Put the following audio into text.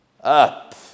up